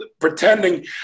Pretending